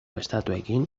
estatuekin